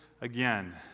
again